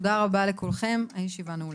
תודה רבה לכולם, הישיבה נעולה.